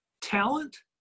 talent